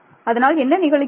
அதனால் என்ன நிகழுகிறது